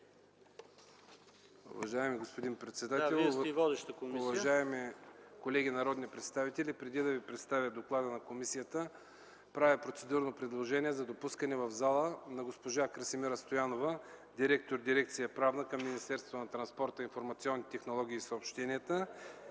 ИВАН ВЪЛКОВ (ГЕРБ): Уважаеми колеги народни представители, преди да ви представя доклада на комисията, правя процедурно предложение за допускане в залата на госпожа Красимира Стоянова – директор на дирекция „Правна” към Министерство на транспорта, информационните технологии и съобщенията,